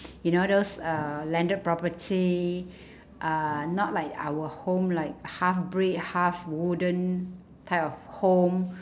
you know those uh landed property uh not like our home like half brick half wooden type of home